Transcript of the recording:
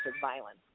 violence